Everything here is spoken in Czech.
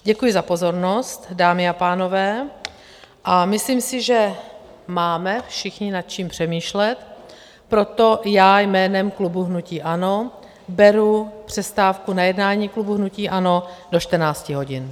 Děkuji za pozornost, dámy a pánové, a myslím si, že máme všichni nad čím přemýšlet, proto já jménem klubu hnutí ANO beru přestávku na jednání klubu hnutí ANO do 14 hodin.